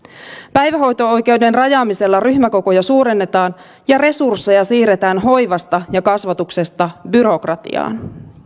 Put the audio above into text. päivähoito oikeuden rajaamisella ryhmäkokoja suurennetaan ja resursseja siirretään hoivasta ja kasvatuksesta byrokratiaan